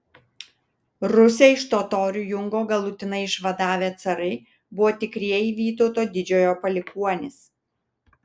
rusią iš totorių jungo galutinai išvadavę carai buvo tikrieji vytauto didžiojo palikuonys